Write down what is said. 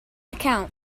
account